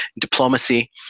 diplomacy